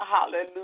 hallelujah